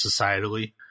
societally